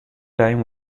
time